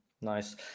Nice